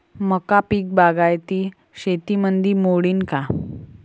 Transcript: मका पीक बागायती शेतीमंदी मोडीन का?